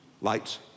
Light's